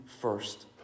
first